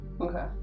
okay